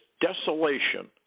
desolation